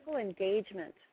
engagement